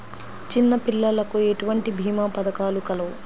చిన్నపిల్లలకు ఎటువంటి భీమా పథకాలు కలవు?